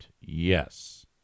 yes